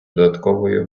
додатковою